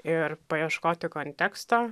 ir paieškoti konteksto